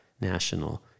National